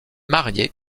mariée